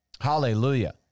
Hallelujah